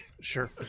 Sure